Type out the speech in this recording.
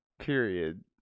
period